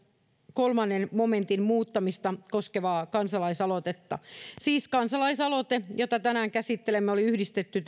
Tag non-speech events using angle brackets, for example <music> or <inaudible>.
kolmannen momentin muuttamista koskevaa kansalaisaloitetta siis kansalaisaloite jota tänään käsittelemme oli yhdistetty <unintelligible>